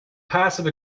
passive